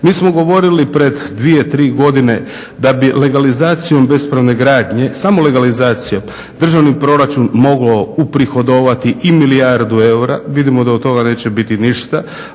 Mi smo govorili pred dvije, tri godine da bi legalizacijom bespravne gradnje, samo legalizacijom, državni proračun moglo uprihodovati i milijardu eura. Vidimo da od toga neće biti ništa.